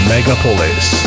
Megapolis